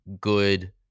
good